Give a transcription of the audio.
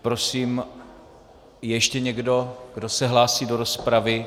Prosím, je ještě někdo, kdo se hlásí do rozpravy?